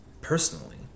personally